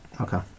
Okay